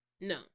No